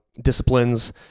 disciplines